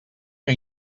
que